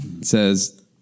says